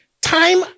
time